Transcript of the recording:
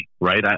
right